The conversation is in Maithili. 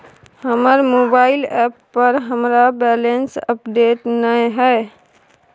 हमर मोबाइल ऐप पर हमरा बैलेंस अपडेट नय हय